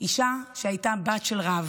אישה שהייתה בת של רב